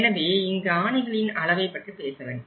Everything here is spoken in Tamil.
எனவே இங்கு ஆணிகளின் அளவை பற்றி பேச வேண்டும்